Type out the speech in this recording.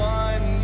one